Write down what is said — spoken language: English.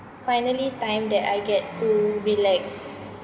finally time that I get to relax